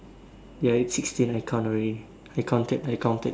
ya it's sixteen I count already I counted I counted